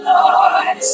Lord